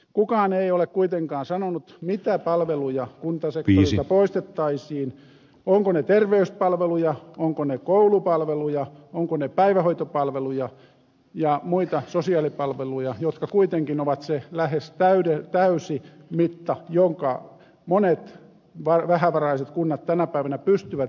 kukaan ei ole kuitenkaan sanonut mitä palveluja kuntasektorilta poistettaisiin ovatko ne terveyspalveluja ovatko ne koulupalveluja ovatko ne päivähoitopalveluja ja muita sosiaalipalveluja jotka kuitenkin ovat se lähes täysi mitta jonka monet vähävaraiset kunnat tänä päivänä pystyvät järjestämään